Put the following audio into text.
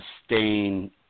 sustain